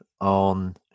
on